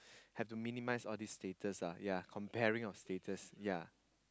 have to minimise all the status lah ya comparing of status ya